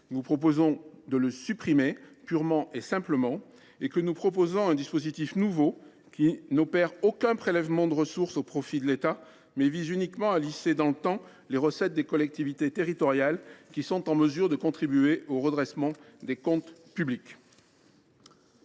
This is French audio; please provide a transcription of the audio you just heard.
nous proposons donc de le supprimer purement et simplement et de lui substituer un dispositif nouveau n’opérant aucun prélèvement de ressources au profit de l’État, mais visant uniquement à lisser dans le temps les recettes des collectivités territoriales qui sont en mesure de contribuer au redressement des comptes publics.